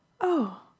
Oh